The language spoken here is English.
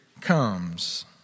comes